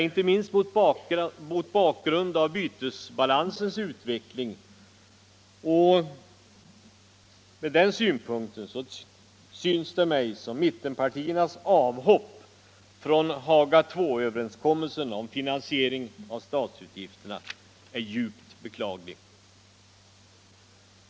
Inte minst mot bakgrund av bytesbalansens utveckling är mittenpartiernas avhopp från Haga Il-överenskommelsen om finansieringen av statsutgifterna djupt beklagligt.